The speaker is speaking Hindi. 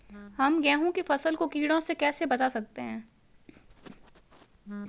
हम गेहूँ की फसल को कीड़ों से कैसे बचा सकते हैं?